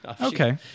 Okay